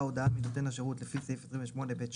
הודעה מנותן השירות לפי סעיף 28(ב)(2)